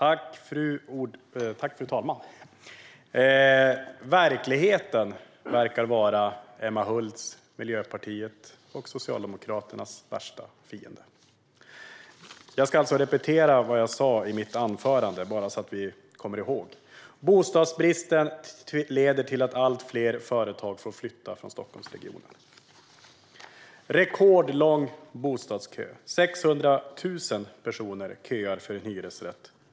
Fru talman! Verkligheten verkar vara Emma Hults, Miljöpartiets och Socialdemokraternas värsta fiende. Jag ska upprepa vad jag sa i mitt anförande, bara så att vi kommer ihåg. "Bostadsbristen leder till att fler företag flyttar från Stockholmsregionen", är en rubrik. "Rekordlång bostadskö - 600 000 personer köar för en hyresrätt" är en annan.